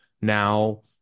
now